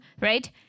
right